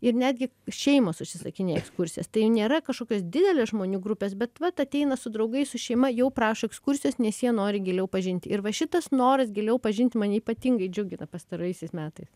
ir netgi šeimos užsisakinėja ekskursijas tai nėra kažkokios didelės žmonių grupės bet vat ateina su draugais su šeima jau prašo ekskursijos nes jie nori giliau pažinti ir va šitas noras giliau pažinti mane ypatingai džiugina pastaraisiais metais